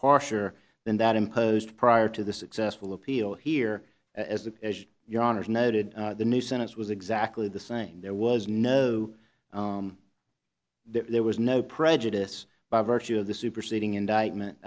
harsher than that imposed prior to the successful appeal here as of your honor's noted the new sentence was exactly the same there was no there was no prejudice by virtue of the superseding indictment